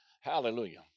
Hallelujah